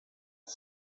his